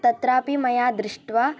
तत्रापि मया दृष्ट्वा